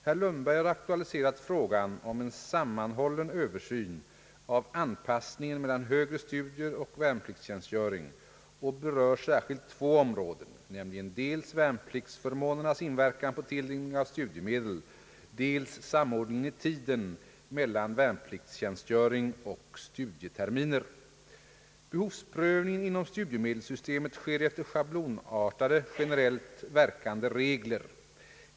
Herr Lundberg har aktualiserat fråsan om en sammanhållen översyn av anpassningen mellan högre studier och värnpliktstjänstgöring och berör särskilt två områden, nämligen dels värnpliktsförmånernas inverkan på tilldelning av studiemedel, dels samordningen i tiden mellan värnpliktstjänstgöring och studieterminer. Behovsprövningen inom <studiemedelssystemet sker efter schablonartade, generellt verkande regler.